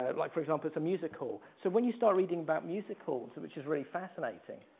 and like, for example, it's a musical. so when you start reading about musicals, which is really fascinating.